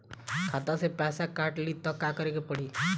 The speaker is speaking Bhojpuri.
खाता से पैसा काट ली त का करे के पड़ी?